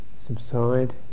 subside